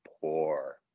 poor